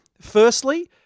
Firstly